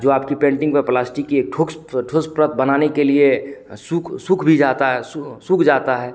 जो आपकी पेन्टिंग पर प्लास्टिक की एक ठुक्स ठोस प्रत बनाने के लिए सूख सूख भी जाता है सूख जाता है